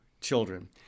children